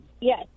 Yes